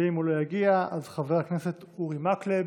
אם הוא לא יגיע, חבר הכנסת אורי מקלב,